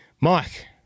Mike